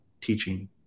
teaching